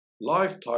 lifetime